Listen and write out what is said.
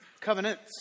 Covenants